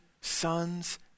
sons